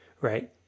right